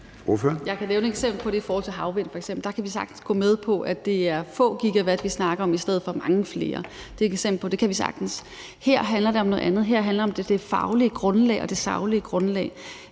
Jeg kan nævne et eksempel på det i forhold til havvind. Der kan vi sagtens gå med til, at det er få gigawatt, vi snakker om, i stedet for mange flere. Det er et eksempel på, at det kan vi sagtens. Her handler det om noget andet. Her handler det om det faglige og saglige grundlag.